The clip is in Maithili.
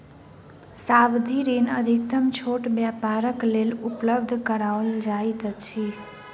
सावधि ऋण अधिकतम छोट व्यापारक लेल उपलब्ध कराओल जाइत अछि